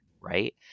right